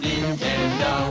Nintendo